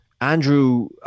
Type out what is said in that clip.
Andrew